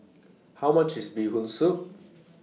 How much IS Bee Hoon Soup